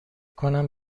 کنم